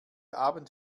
abend